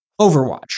Overwatch